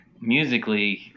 musically